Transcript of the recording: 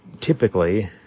typically